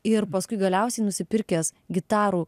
ir paskui galiausiai nusipirkęs gitarų